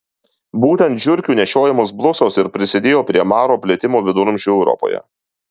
būtent žiurkių nešiojamos blusos ir prisidėjo prie maro plitimo viduramžių europoje